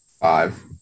Five